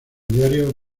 diario